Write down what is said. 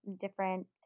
different